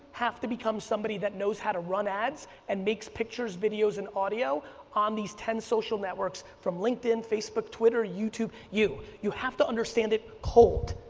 have to become somebody that knows how to run ads and makes pictures, videos and audio on these ten social networks, from linkedin, facebook, twitter, youtube, you, you have to understand it cold.